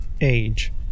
age